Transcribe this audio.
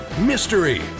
mystery